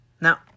Now